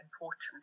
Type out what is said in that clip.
important